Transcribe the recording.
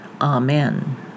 Amen